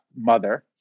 mother